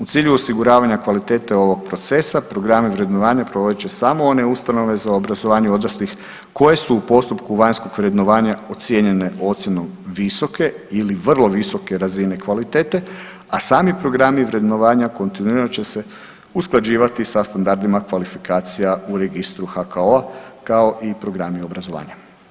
U cilju osiguravanja kvalitete ovog procesa programe vrednovanja provodit će samo one ustanove za obrazovanje odraslih koje su u postupku vanjskog vrednovanja ocijenjene ocjenom visoke ili vrlo visoke razine kvalitete, a sami programi vrednovanja kontinuirano će se usklađivati sa standardima kvalifikacija u registru HKO-a kao i programi obrazovanja.